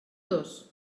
dos